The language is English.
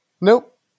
nope